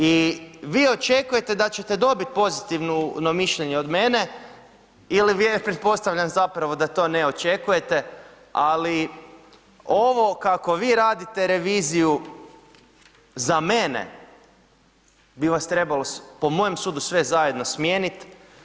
I vi očekujete da ćete dobiti pozitivno mišljenje od mene ili pretpostavljam zapravo da to ne očekujete, ali ovo kako vi radite reviziju, za mene bi vas trebalo, po mojem sudu sve zajedno smijeniti.